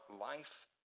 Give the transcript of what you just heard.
life